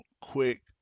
quick